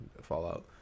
fallout